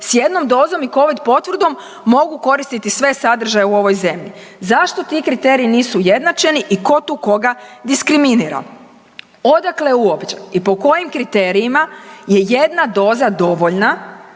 s jednom dozom i Covid potvrdom mogu koristiti sve sadržaje u ovoj zemlji. Zašto ti kriteriji nisu ujednačeni i tko tu koga diskriminira? Odakle uopće i po kojim kriterijima je jedna doza dovoljna